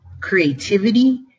creativity